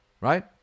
right